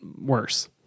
worse